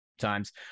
times